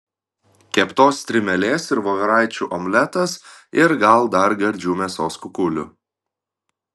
keptos strimelės ir voveraičių omletas ir gal dar gardžių mėsos kukulių